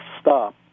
Stop